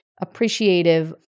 appreciative